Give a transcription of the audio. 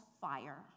fire